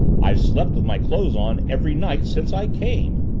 i've slept with my clothes on every night since i came!